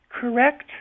correct